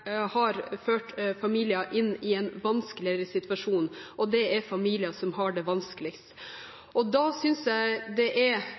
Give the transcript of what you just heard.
har ført familier inn i en vanskeligere situasjon, og det er de familiene som har det vanskeligst. Da synes jeg det er